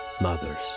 mothers